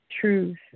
truth